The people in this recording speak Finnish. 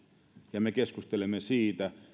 ja me keskustelemme siitä